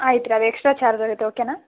ಆಯ್ತು ರೀ ಅದು ಎಕ್ಸ್ಟ್ರಾ ಚಾರ್ಜ್ ಆಗುತ್ತೆ ಓಕೆನಾ